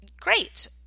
Great